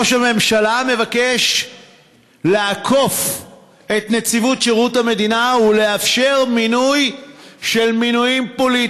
ראש הממשלה מבקש לעקוף את נציבות שירות המדינה ולאפשר מינויים פוליטיים,